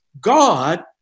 God